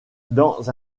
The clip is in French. dans